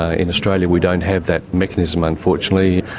ah in australia we don't have that mechanism unfortunately.